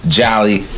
jolly